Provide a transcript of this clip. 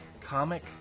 comic